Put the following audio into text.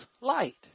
light